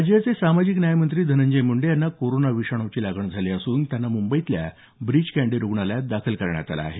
राज्याचे सामाजिक न्याय मंत्री धनंजय मुंडे यांना कोरोना विषाणूची लागण झाली असून त्यांना मुंबईतल्या ब्रीच कँडी रुग्णालयात दाखल करण्यात आलं आहे